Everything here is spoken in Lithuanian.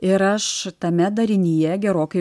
ir aš tame darinyje gerokai